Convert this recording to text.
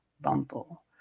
bumble